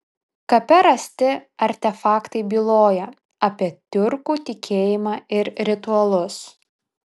kape rasti artefaktai byloja apie tiurkų tikėjimą ir ritualus